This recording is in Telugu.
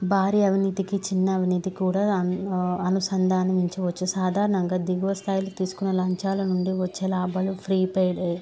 భారీ అవినీతికి చిన్న అవినీతి కూడా అనుసంధానివించవచ్చు సాధారణంగా దిగువ స్థాయిలు తీసుకున్న లంచాల నుండి వచ్చే లాభాలు ఫ్రీ పేడ్